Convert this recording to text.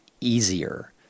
easier